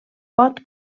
pot